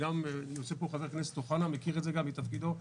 שגם חבר הכנסת אוחנה מכיר אותו מתפקידו כשר.